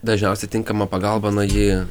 dažniausiai tinkama pagalba na ji